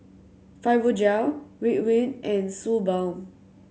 Fibogel Ridwind and Suu Balm